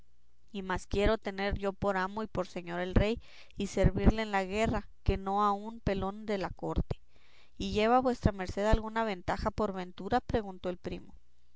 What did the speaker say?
y más quiero tener por amo y por señor al rey y servirle en la guerra que no a un pelón en la corte y lleva vuesa merced alguna ventaja por ventura preguntó el primo